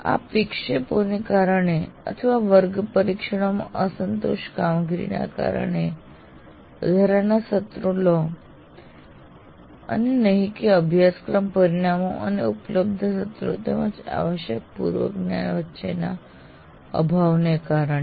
આપ વિક્ષેપોને કારણે અથવા ર્ગ પરીક્ષણોમાં અસંતોષકારક કામગીરીના કારણે વધારાના સત્રો લો છો અને નહિ કે અભ્યાસક્રમના પરિણામો અને ઉપલબ્ધ સત્રો તેમજ આવશ્યક પૂર્વ જ્ઞાન વચ્ચેના અભાવના કારણે